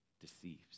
deceives